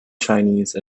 chinese